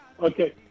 Okay